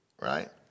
right